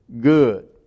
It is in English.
good